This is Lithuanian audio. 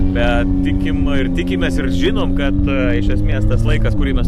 bet tikim ir tikimės ir žinom kad iš esmės tas laikas kurį mes